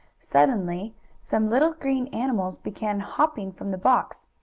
suddenly some little green animals began hopping from the box.